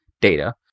data